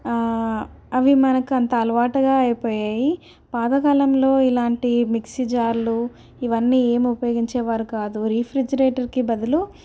అవి మనకంత అలవాటుగా అయిపోయాయి పాతకాలంలో ఇలాంటి మిక్సీ జార్లు ఇవన్నీ ఏమి ఉపయోగించేవారు కాదు రీఫ్రిజిరేటర్కి బదులు